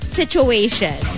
situation